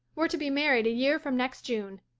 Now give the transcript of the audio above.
we're to be married a year from next june.